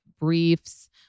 briefs